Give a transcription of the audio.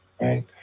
right